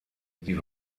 sie